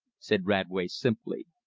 said radway simply.